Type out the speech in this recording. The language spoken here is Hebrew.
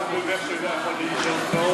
צריך לאזן את זה עם האנשים של שר הבריאות,